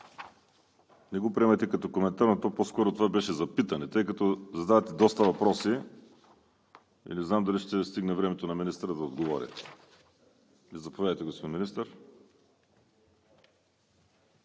Не го приемайте като коментар, но това по-скоро беше за питане. Тъй като задавате доста въпроси, не знам дали ще стигне времето на министъра да отговори. Заповядайте, господин Министър.